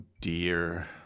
dear